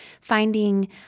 finding